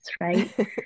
right